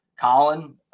Colin